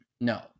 No